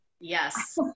Yes